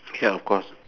ya of course